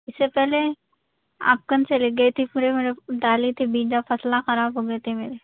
اِس سے پہلے آپ کون سے لے گئے تھے تھوڑا موڑا ڈالے تھے بیج فصلیں خراب ہو گئے تھے میرے